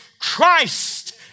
Christ